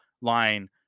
line